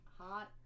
Hot